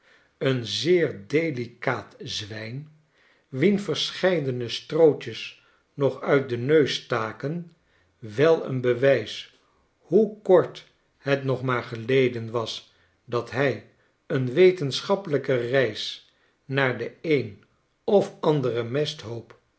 een zeer delicaat zwijn wien verscheidene strootjes nog uit den neus staken wel een bewijs hoe kort het nog maar geleden was dat hij een wetenschappelijke reis naar den een of anderen